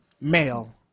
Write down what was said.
male